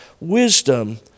wisdom